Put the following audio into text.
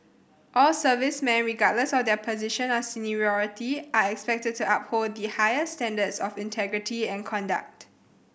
all servicemen regardless of their position or seniority are expected to uphold the highest standards of integrity and conduct